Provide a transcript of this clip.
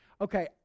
okay